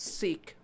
seek